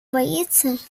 боится